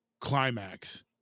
climax